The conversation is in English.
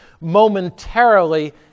momentarily